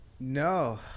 No